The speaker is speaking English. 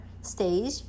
stage